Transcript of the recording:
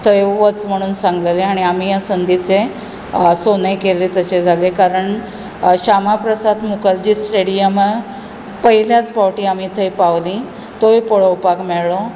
थंय वच म्हणून सांगलेलें आनी आमी ह्या संदीचें सोनें केलें तशें जालें कारण शामा प्रसाद मुखर्जी स्टेडियमांत पयलेंच फावट आमी थंय पाविल्लीं तोय पळोवपाक मेळ्ळो